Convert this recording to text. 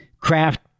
craft